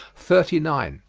thirty nine.